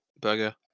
burger